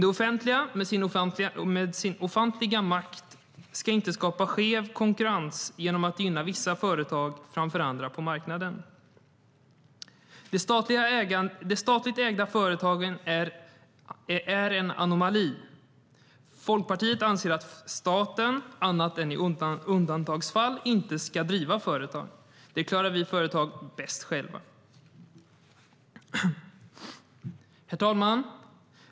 Det offentliga, med sin ofantliga makt, ska inte skapa skev konkurrens genom att gynna vissa företag framför andra på marknaden. Herr talman!